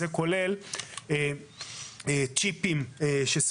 זה כולל צ'יפים על